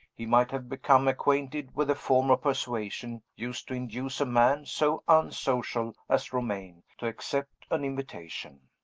he might have become acquainted with the form of persuasion used to induce a man so unsocial as romayne to accept an invitation.